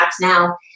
now